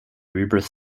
rebirth